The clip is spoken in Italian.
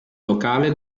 locale